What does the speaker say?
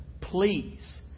please